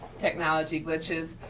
technology glitches.